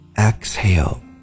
exhale